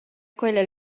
quella